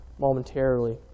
momentarily